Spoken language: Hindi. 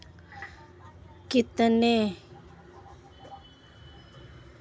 किसान कलेवा योजना के तहत मंडी के द्वारा किसान को भोजन कितने रुपए में करवाया जाता है?